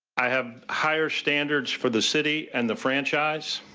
i have higher standards for the city and the franchise,